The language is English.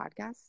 podcast